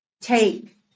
take